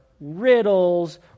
riddles